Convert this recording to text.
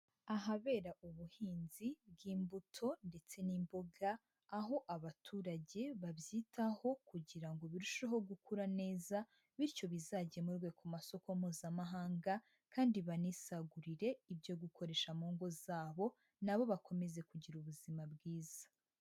Ahabera ubuhinzi bw'imbuto ndetse n'imboga, aho abaturage babyitaho kugira ngo birusheho gukura neza bityo bizagemurwe ku masoko Mpuzamahanga, kandi banisagurire ibyo gukoresha mu ngo zabo nabo bakomeze kugira ubuzima bwiza.